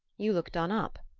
you look done up.